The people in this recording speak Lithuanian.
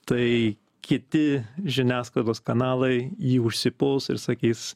tai kiti žiniasklaidos kanalai jį užsipuls ir sakys